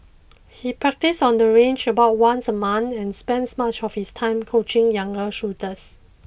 he practises on the range about once a month and spends much of his time coaching younger shooters